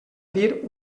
dir